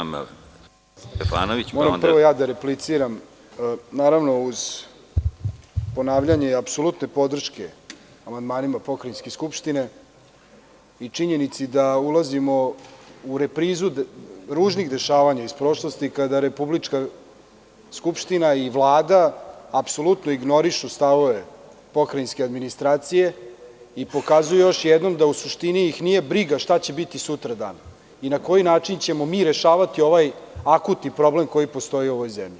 Moram prvo ja da repliciram, naravno, uz ponavljanje apsolutne podrške amandmanima Pokrajinske Skupštine i činjenici da ulazimo u reprizu ružnih dešavanja iz prošlosti, kada Republička Skupština i Vlada apsolutno ignorišu stavove pokrajinske administracije i pokazuju još jednom da ih nije briga šta će biti sutradan i na koji način ćemo mi rešavati ovaj akutni problem koji postoji u ovoj zemlji.